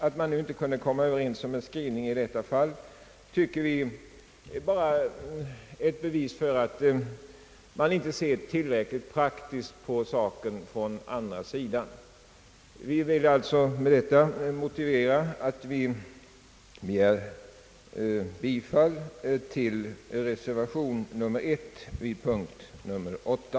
Att man inte kunde komma överens om en skrivning i detta fall tycker vi bara är ett bevis för att man inte ser tillräckligt praktiskt på saken från den andra sidan. Jag vill alltså med denna motivering yrka bifall till reservationen vid punkt 8.